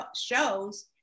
shows